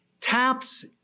taps